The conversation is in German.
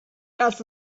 das